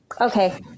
Okay